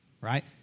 right